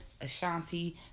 Ashanti